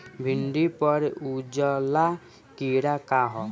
भिंडी पर उजला कीड़ा का है?